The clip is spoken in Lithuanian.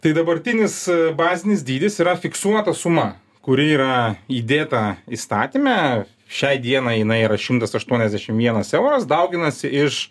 tai dabartinis bazinis dydis yra fiksuota suma kuri yra įdėta įstatyme šiai dienai jinai yra šimtas aštuoniasdešim vienas euras dauginasi iš